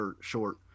short